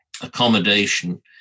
accommodation